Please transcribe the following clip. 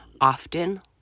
often